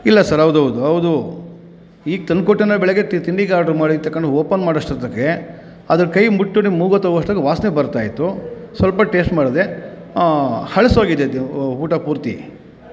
ಇಲ್ಲ ಸರ್ ಹೌದು ಹೌದು ಹೌದು ಈಗ ತಂದು ಕೊಟ್ಟನೇ ಬೆಳಗ್ಗೆ ತಿಂಡಿಗೆ ಆರ್ಡರ್ ಮಾಡಿ ತಗೊಂಡು ಓಪನ್ ಮಾಡುವಷ್ಟೊತ್ತಿಗೆ ಅದರ ಕೈ ಮುಟ್ಟು ನೀವು ಮೂಗು ಹತ್ತಿರ ಹೋಗುವಷ್ಟಕ್ಕೆ ವಾಸನೆ ಬರ್ತಾಯಿತ್ತು ಸ್ವಲ್ಪ ಟೇಸ್ಟ್ ಮಾಡದೇ ಹಳಸಿ ಹೋಗಿದೆ ಇದು ಊಟ ಪೂರ್ತಿ